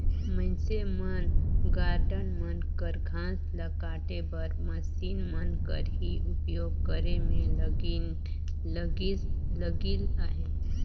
मइनसे मन गारडन मन कर घांस ल काटे बर मसीन मन कर ही उपियोग करे में लगिल अहें